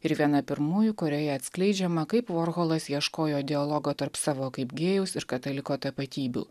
ir viena pirmųjų kurioje atskleidžiama kaip vorholas ieškojo dialogo tarp savo kaip gėjaus ir kataliko tapatybių